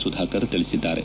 ಸುಧಾಕರ್ ತಿಳಿಸಿದ್ದಾರೆ